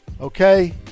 Okay